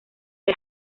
que